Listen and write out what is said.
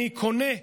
אני קונה,